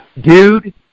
Dude